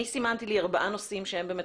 אני סימנתי לי ארבעה נושאים שהם באמת